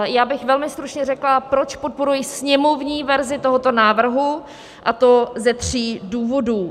Já bych velmi stručně řekla, proč podporuji sněmovní verzi tohoto návrhu, a to ze tří důvodů.